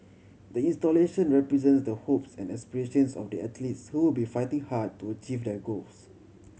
the installation represents the hopes and aspirations of the athletes who be fighting hard to achieve their goals